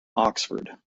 oxford